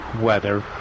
weather